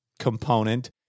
Component